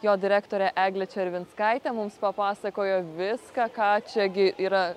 jo direktorė eglė červinskaitė mums papasakojo viską ką čia gi yra